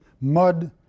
Mud